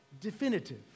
definitive